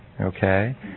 okay